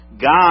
God